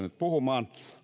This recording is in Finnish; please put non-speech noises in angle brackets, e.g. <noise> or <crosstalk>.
<unintelligible> nyt puhumaan